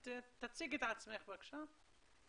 תציגי את עצמך בבקשה.